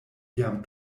iam